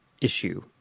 issue